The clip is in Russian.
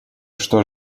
что